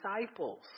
disciples